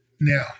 Now